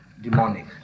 demonic